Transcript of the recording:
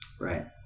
Right